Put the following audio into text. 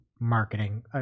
marketing